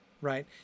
right